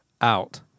out